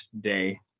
day